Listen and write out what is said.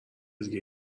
دیگه